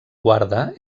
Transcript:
guarda